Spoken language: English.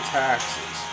taxes